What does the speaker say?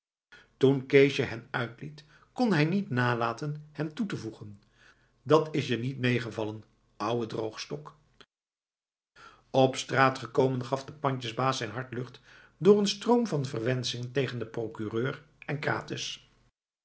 toen keesje hen uitliet kon hij niet nalaten hem toe te voegen dat is je niet meegevallen ouwe droogstok op straat gekomen gaf de pandjesbaas zijn hart lucht door een stroom van verwenschingen tegen den procureur en krates